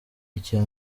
icya